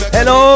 Hello